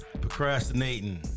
procrastinating